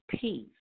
peace